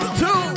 two